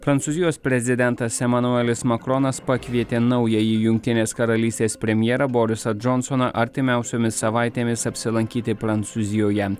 prancūzijos prezidentas emanuelis makronas pakvietė naująjį jungtinės karalystės premjerą borisą džonsoną artimiausiomis savaitėmis apsilankyti prancūzijoje